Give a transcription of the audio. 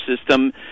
system